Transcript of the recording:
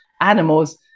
animals